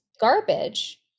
garbage